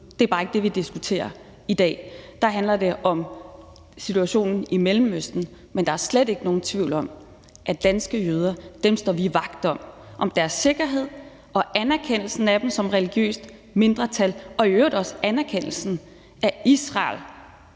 Det er bare ikke det, vi diskuterer i dag. Der handler det om situationen i Mellemøsten. Men der er slet ikke nogen tvivl om, at danske jøder står vi vagt om – om deres sikkerhed og anerkendelsen af dem som religiøst mindretal og i øvrigt også anerkendelsen af Israel